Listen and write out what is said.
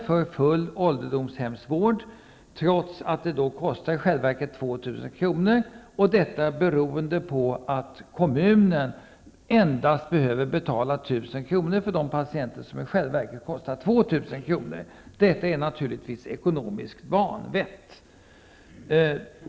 för full ålderdomshemsvård trots att det i själva verket kostar 2 000 kr. Detta beror på att kommunen endast behöver betala 1 000 kr. för de patienter som i själva verket kostar 2 000 kr. Detta är naturligtvis ekonomiskt vanvett.